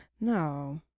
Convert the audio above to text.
no